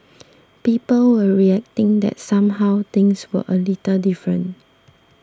people were reacting that somehow things were a little different